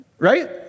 right